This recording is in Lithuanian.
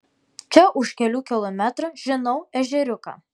čia už kelių kilometrų žinau ežeriuką